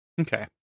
Okay